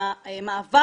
המעבר